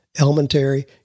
elementary